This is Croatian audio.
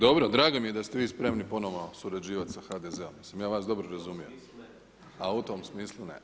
Dobro, drago mi je da ste vi spremni ponovo surađivat sa HDZ-om, jesam ja vas dobro razumio? … [[Upadica se ne čuje.]] A u tom smislu ne.